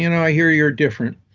you know i hear you're different.